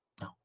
no